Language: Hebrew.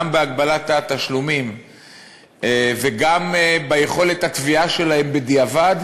גם בהגבלת התשלומים וגם ביכולת התביעה שלהם בדיעבד,